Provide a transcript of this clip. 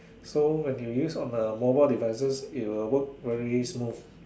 so when you use on the mobile devices it would work very smooth